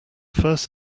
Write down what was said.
first